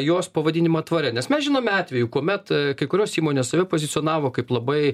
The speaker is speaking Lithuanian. jos pavadinimą tvaria nes mes žinome atvejų kuomet kai kurios įmonės save pozicionavo kaip labai